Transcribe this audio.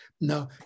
Now